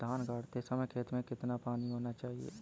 धान गाड़ते समय खेत में कितना पानी होना चाहिए?